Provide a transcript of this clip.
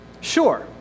Sure